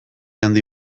handi